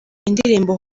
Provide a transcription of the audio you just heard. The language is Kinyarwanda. indirimbo